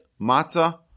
matzah